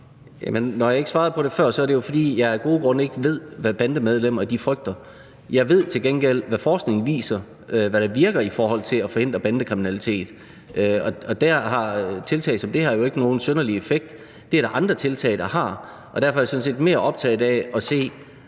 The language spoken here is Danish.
Når jeg ikke svarede på det før, er det jo, fordi jeg af gode grunde ikke ved, hvad bandemedlemmer frygter. Jeg ved til gengæld, hvad forskningen viser om, hvad der virker i forhold til at forhindre bandekriminalitet. Der har tiltag som det her jo ikke nogen synderlig effekt. Det er der andre tiltag, der har. Derfor er jeg sådan set mere optaget af at se